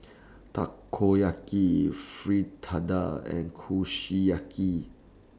Takoyaki Fritada and Kushiyaki